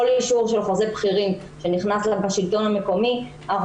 כל אישור של חוזה בכירים שנכנס בשלטון המקומי אנחנו